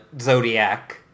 Zodiac